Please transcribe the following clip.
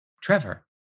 Trevor